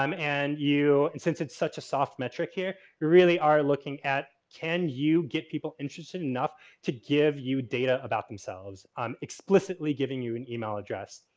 um and you, and since it's such a soft metric here, you really are looking at can you get people interested enough to give you data about themselves? i'm explicitly giving you an email address.